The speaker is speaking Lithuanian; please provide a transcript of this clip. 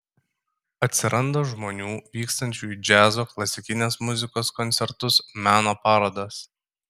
atsiranda žmonių vykstančių į džiazo klasikinės muzikos koncertus meno parodas